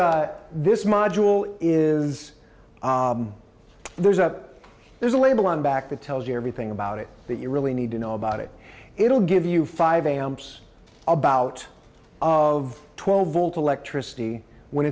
is there's a there's a label on back that tells you everything about it that you really need to know about it it'll give you five amps about of twelve volt electricity when